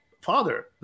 father